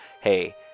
hey